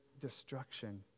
destruction